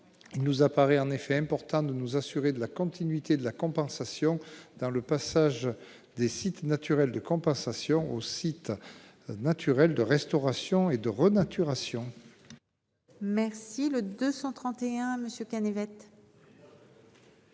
Il nous apparaît important de nous assurer de la continuité de la compensation dans le passage des sites naturels de compensation aux sites naturels de restauration et de renaturation (SNRR). L'amendement